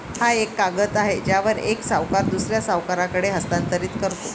हा एक कागद आहे ज्यावर एक सावकार दुसऱ्या सावकाराकडे हस्तांतरित करतो